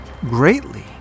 greatly